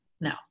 No